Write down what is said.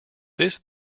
this